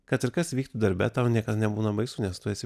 kad ir kas vyktų darbe tau niekad nebūna baisu nes tu esi